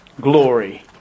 glory